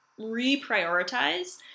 reprioritize